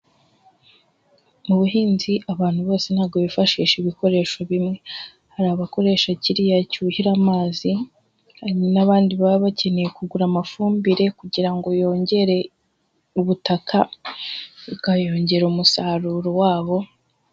Mu buhinzi abantu bose ntabwo bifashisha ibikoresho bimwe, hari abakoresha kiriya cyuhira amazi n'abandi baba bakeneye kugura amafumbire kugira ngo yongere ubutaka, bikayongera umusaruro wabo.